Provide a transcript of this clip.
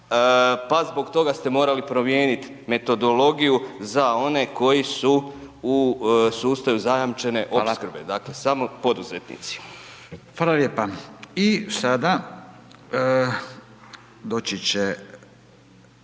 pa zbog toga ste morali promijeniti metodologiju, za one koji su u sustavu zajamčene opskrbe, dakle, samo